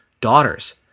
daughters